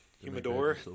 humidor